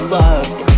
loved